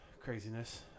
craziness